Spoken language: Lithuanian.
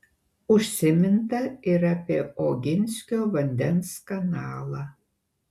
užsiminta ir apie oginskio vandens kanalą